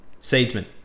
Seedsman